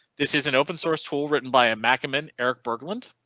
this is an open source tool written by a mackaman eric berglund.